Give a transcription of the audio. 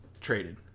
traded